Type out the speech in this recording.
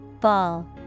Ball